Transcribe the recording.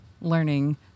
learning